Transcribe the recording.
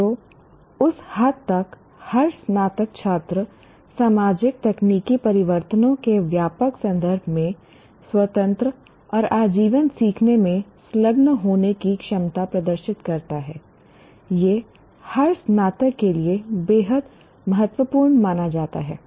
तो उस हद तक हर स्नातक छात्र सामाजिक तकनीकी परिवर्तनों के व्यापक संदर्भ में स्वतंत्र और आजीवन सीखने में संलग्न होने की क्षमता प्रदर्शित करता है यह हर स्नातक के लिए बेहद महत्वपूर्ण माना जाता है